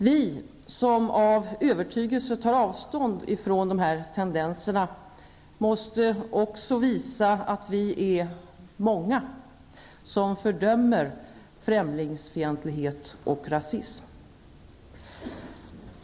Vi som av övertygelse tar avstånd från dessa tendenser måste också visa att vi är många som fördömer främlingsfientlighet och rasism.